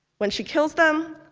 when she kills them,